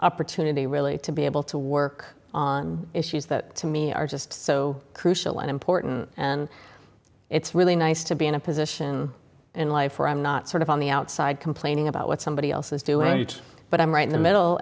opportunity really to be able to work on issues that to me are just so crucial and important and it's really nice to be in a position in life where i'm not sort of on the outside complaining about what somebody else is doing but i'm right in the middle